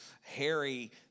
Harry